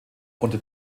unter